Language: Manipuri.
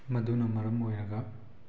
ꯃꯗꯨꯅ ꯃꯔꯝ ꯑꯣꯏꯔꯒ